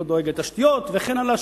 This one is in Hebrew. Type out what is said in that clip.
לא דואג לתשתיות וכן הלאה.